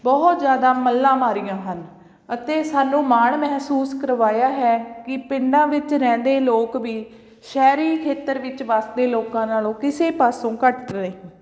ਬਹੁਤ ਜ਼ਿਆਦਾ ਮੱਲਾਂ ਮਾਰੀਆਂ ਹਨ ਅਤੇ ਸਾਨੂੰ ਮਾਣ ਮਹਿਸੂਸ ਕਰਵਾਇਆ ਹੈ ਕਿ ਪਿੰਡਾਂ ਵਿੱਚ ਰਹਿੰਦੇ ਲੋਕ ਵੀ ਸ਼ਹਿਰੀ ਖੇਤਰ ਵਿੱਚ ਵੱਸਦੇ ਲੋਕਾਂ ਨਾਲੋਂ ਕਿਸੇ ਪਾਸੋਂ ਘੱਟ ਨਹੀਂ